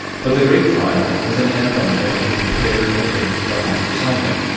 but the great trial was an anthem that had been prepared and arranged by master simon,